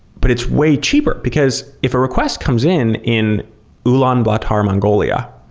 but it's way cheaper. because if a request comes in in ulaanbaatar, mongolia,